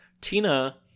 Tina